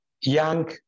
young